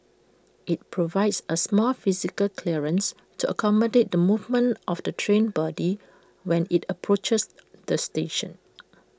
IT provides A small physical clearance to accommodate the movement of the train body when IT approaches the station